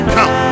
Come